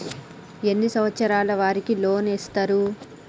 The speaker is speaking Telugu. ఎన్ని సంవత్సరాల వారికి లోన్ ఇస్తరు?